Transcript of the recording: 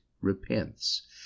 repents